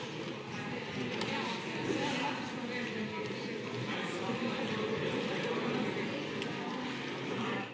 Hvala